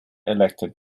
elected